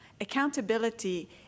accountability